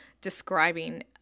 describing